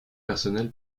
personnel